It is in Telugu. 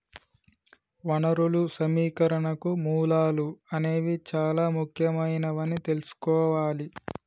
వనరులు సమీకరణకు మూలాలు అనేవి చానా ముఖ్యమైనవని తెల్సుకోవాలి